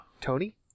Tony